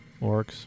orcs